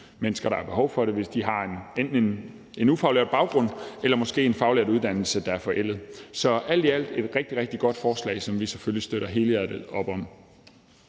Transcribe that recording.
mennesker, der har behov for det, hvis de enten har en ufaglært baggrund eller måske en faglært uddannelse, der er forældet. Så alt i alt er det et rigtig, rigtig godt forslag, som vi selvfølgelig støtter helhjertet op om.